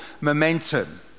momentum